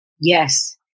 Yes